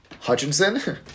Hutchinson